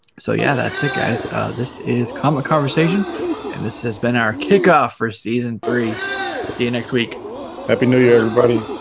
so yeah that's it guys this is common conversation and this has been our kickoff for season three see you next week happy new year everybody